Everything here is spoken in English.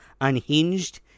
unhinged